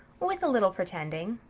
with a little pretending.